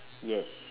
yes